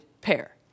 pair